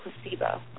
placebo